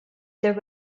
there